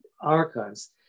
Archives